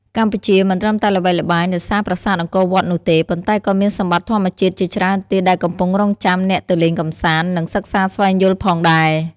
កម្ពុជាមិនត្រឹមតែល្បីល្បាញដោយសារប្រាសាទអង្គរវត្តនោះទេ ប៉ុន្តែក៏មានសម្បត្តិធម្មជាតិជាច្រើនទៀតដែលកំពុងរង់ចាំអ្នកទៅលេងកំសាន្ត និងសិក្សាស្វែងយល់ផងដែរ។